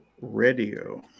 Radio